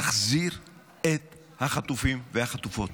תחזיר את החטופים והחטופות.